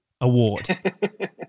award